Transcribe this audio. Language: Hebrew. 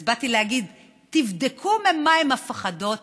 אז באתי להגיד: תבדקו ממה הן מפחדות